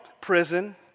prison